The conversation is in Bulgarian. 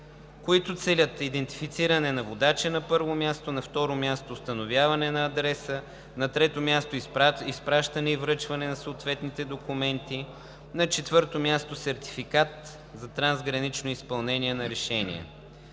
които целят идентифициране на водача, на първо място; на второ – установяване на адреса; на трето място, изпращане и връчване на съответните документи; на четвърто място, сертификат за трансгранично изпълнение на решение.